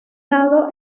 lado